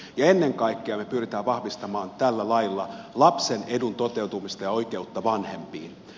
ja ennen kaikkea me pyrimme vahvistamaan tällä lailla lapsen edun toteutumista ja oikeutta vanhempiin